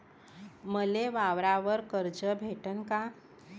मले वावरावर कर्ज भेटन का?